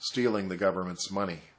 stealing the government's money